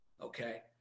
okay